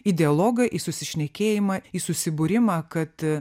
į dialogą į susišnekėjimą į susibūrimą kad